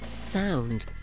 sound